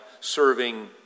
serving